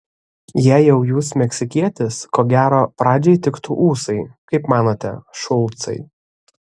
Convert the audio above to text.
jei jau jūs meksikietis ko gero pradžiai tiktų ūsai kaip manote šulcai